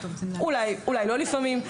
אולי לא לפעמים.